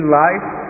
life